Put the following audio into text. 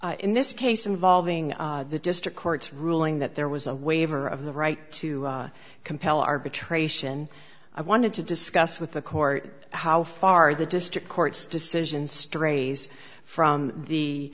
in this case involving the district court's ruling that there was a waiver of the right to compel arbitration i wanted to discuss with the court how far the district court's decision strays from the